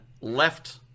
left